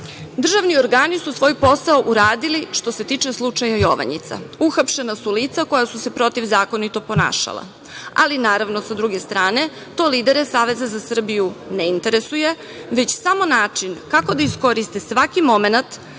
organi su svoj posao uradili što se tiče slučaja „Jovanjica“. Uhapšena su lica koja su se protivzakonito ponašala. Ali, naravno sa druge strane, to lidere Saveza za Srbiju ne interesuje, već samo način kako da iskoriste svaki momenat